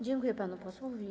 Dziękuję panu posłowi.